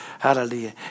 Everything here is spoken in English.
Hallelujah